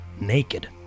naked